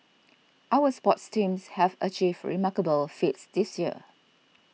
our sports teams have achieved remarkable feats this year